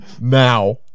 now